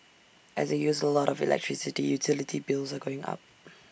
as they use A lot of electricity utility bills are going up